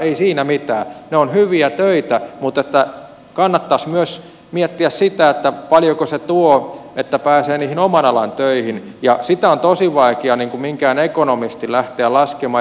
ei siinä mitään ne ovat hyviä töitä mutta kannattaisi myös miettiä sitä paljonko se tuo että pääsee niihin oman alan töihin ja sitä on tosi vaikea minkään ekonomistin lähteä laskemaan